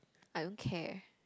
I don't care